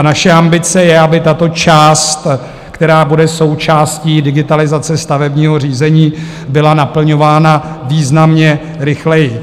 Naše ambice je, aby tato část, která bude součástí digitalizace stavebního řízení, byla naplňována významně rychleji.